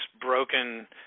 broken